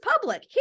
public